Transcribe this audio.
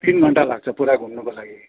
तिन घण्टा लाग्छ पुरा घुम्नुको लागि